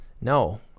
No